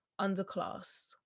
underclass